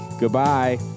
Goodbye